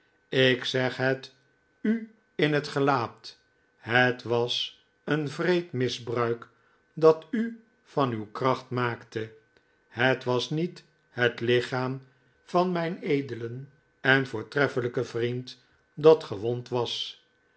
ik zeg het u in het gelaat het was een wreed misbruik dat u van uw kracht maakte het was niet het lichaam van mijn edelen en voortreffelijken vriend dat gewond was